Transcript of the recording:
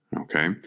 Okay